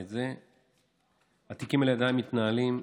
התיקים האלה עדיין מתנהלים.